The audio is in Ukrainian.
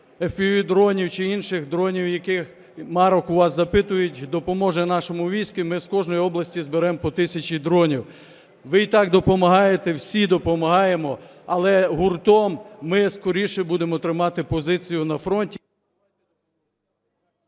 FPV-дронів чи інших дронів, яких марок у вас запитують, допоможе нашому війську, ми з кожної області зберемо по тисячі дронів. Ви і так допомагаєте, всі допомагаємо, але гуртом ми скоріше будемо тримати позицію на фронті...